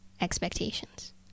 expectations